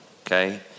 okay